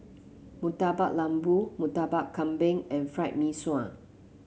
Murtabak Lembu Murtabak Kambing and Fried Mee Sua